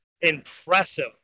Impressive